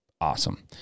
awesome